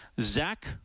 Zach